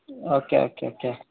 okay okay okay